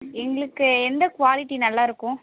எங்களுக்கு எந்த குவாலிட்டி நல்லாயிருக்கும்